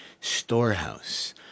storehouse